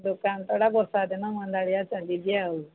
ଦୋକାନ ବର୍ଷା ଦିନ ମାନ୍ଦାଳିଆ ଚାଲିଛି ଆଉ